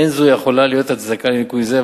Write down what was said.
אין זו יכולה להיות הצדקה לניכוי זה,